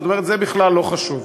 זאת אומרת, זה בכלל לא חשוב.